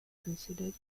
considered